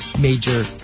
major